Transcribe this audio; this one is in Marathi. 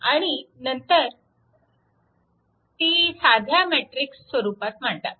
आणि नंतर ती साध्या मॅट्रिक्स स्वरूपात मांडा